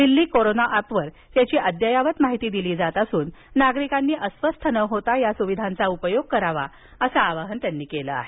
Delhi corona अॅपवर याची अद्ययावत माहिती दिली जात असून नागरिकांनी अस्वस्थ न होता या सुविधांचा उपयोग करावा असं आवाहन त्यांनी केलं आहे